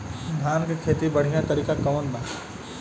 धान के खेती के बढ़ियां तरीका कवन बा?